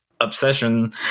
obsession